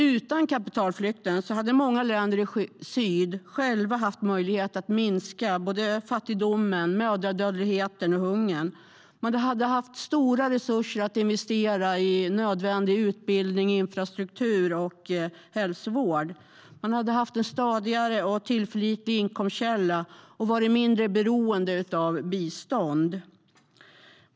Utan kapitalflykten hade många länder i syd själva haft möjlighet att minska fattigdomen, mödradödligheten och hungern. De hade haft stora resurser att investera i nödvändig utbildning, infrastruktur och hälsovård. De hade haft en stadig och tillförlitlig inkomstkälla och varit mindre beroende av bistånd.